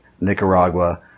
Nicaragua